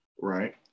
right